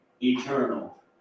eternal